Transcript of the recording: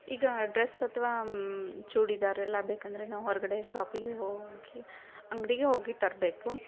ಈಗ ಡ್ರಸ್ ಅಥವಾ ಚೂಡಿದಾರೆಲ್ಲ ಬೇಕಂದರೆ ನಾವು ಹೊರಗಡೆ ಶಾಪಿಂಗಿಗೆ ಹೋಗಿ ಅಂಗಡಿಗೇ ಹೋಗಿ ತರಬೇಕು